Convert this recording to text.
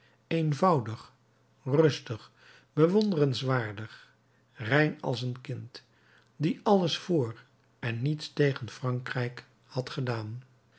eenvoudig rustig bewonderenswaardig rein als een kind die alles voor en niets tegen frankrijk had gedaan